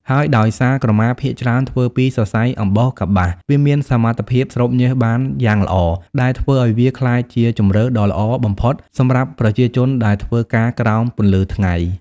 ហើយដោយសារក្រមាភាគច្រើនធ្វើពី សរសៃអំបោះកប្បាស វាមានសមត្ថភាព ស្រូបញើសបានយ៉ាងល្អ ដែលធ្វើឱ្យវាក្លាយជាជម្រើសដ៏ល្អបំផុតសម្រាប់ប្រជាជនដែលធ្វើការក្រោមពន្លឺថ្ងៃ។